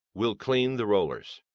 we'll clean the rollers.